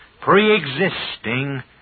pre-existing